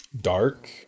dark